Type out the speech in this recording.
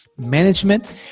management